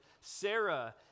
Sarah